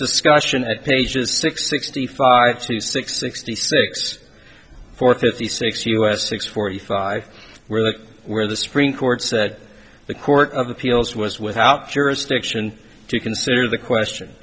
discussion at pages six sixty five to six sixty six four fifty six us six forty five where the where the supreme court said the court of appeals was without jurisdiction to consider the question